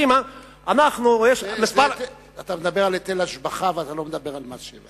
אתה מדבר על היטל השבחה ולא על מס שבח.